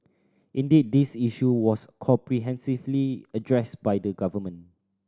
indeed this issue was comprehensively addressed by the government